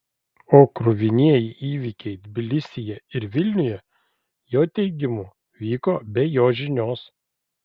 o kruvinieji įvykiai tbilisyje ir vilniuje jo teigimu vyko be jo žinios